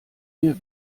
mir